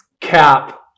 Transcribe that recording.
cap